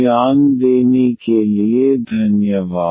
ध्यान देने के लिए धन्यवाद